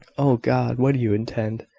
oh, god! what do you intend?